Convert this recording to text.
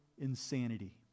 insanity